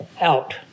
out